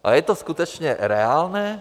A je to skutečně reálné?